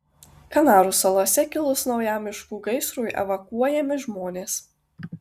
kanarų salose kilus naujam miškų gaisrui evakuojami žmonės